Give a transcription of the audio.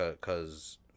Cause